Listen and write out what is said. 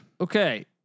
Okay